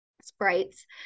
sprites